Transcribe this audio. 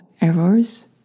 errors